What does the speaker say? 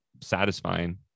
satisfying